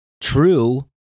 true